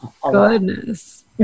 Goodness